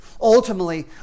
Ultimately